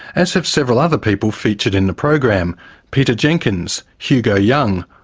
as have several other people featured in the program peter jenkins, hugo young,